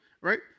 right